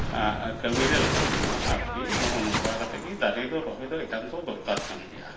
ᱠᱟᱹᱢᱤᱨᱮ ᱞᱟᱜᱟᱜ ᱠᱟᱱᱟ ᱟᱨᱠᱤ ᱱᱚᱜᱼᱚ ᱱᱚᱝᱠᱟ ᱠᱟᱛᱮᱫ ᱜᱮ ᱫᱟᱨᱮ ᱫᱚ ᱨᱚᱦᱚᱭ ᱫᱚ ᱮᱠᱟᱱᱛᱚ ᱫᱚᱨᱠᱟᱨ ᱠᱟᱱ ᱜᱮᱭᱟ